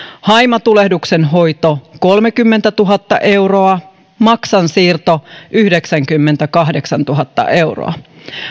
haimatulehduksen hoito kolmekymmentätuhatta euroa maksansiirto yhdeksänkymmentäkahdeksantuhatta euroa